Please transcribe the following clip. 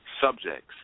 subjects